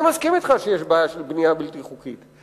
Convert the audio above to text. אני מסכים אתך שיש בעיה של בנייה בלתי חוקית,